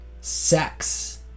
sex